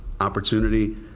opportunity